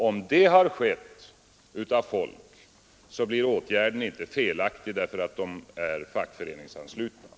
Om det har skett, blir åtgärden inte felaktig därför att de personer det gäller är fackföreningsanslutna.